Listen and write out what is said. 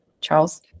Charles